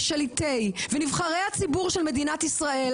שליטי ונבחרי הציבור של מדינת ישראל